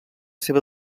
seva